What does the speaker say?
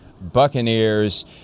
Buccaneers